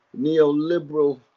neoliberal